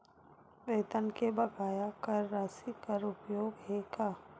वेतन के बकाया कर राशि कर योग्य हे का?